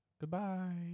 goodbye